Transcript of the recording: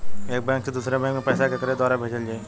एक बैंक से दूसरे बैंक मे पैसा केकरे द्वारा भेजल जाई?